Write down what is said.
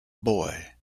boy